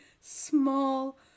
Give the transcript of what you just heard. small